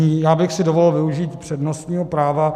Já bych si dovolil využít přednostního práva.